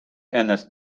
ennast